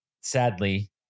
sadly